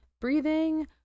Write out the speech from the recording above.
breathing